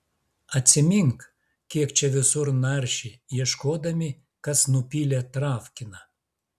atsimink kiek čia visur naršė ieškodami kas nupylė travkiną